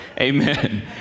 Amen